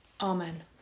Amen